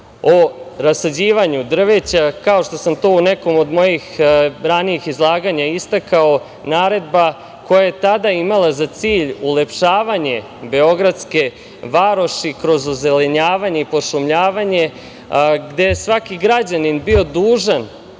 o rasađivanju drveća. Kao što sam to u nekom od mojih ranijih izlaganja istakao, naredba koja je tada imala za cilj ulepšavanje beogradske varoši kroz ozelenjavanje i pošumljavanje, gde je svaki građanin bio dužan